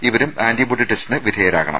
ഇവരും ആന്റിബോഡി ടെസ്റ്റിന് വിധേയരാവണം